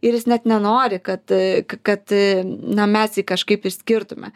ir jis net nenori kad a k kad na mes jį kažkaip išskirtume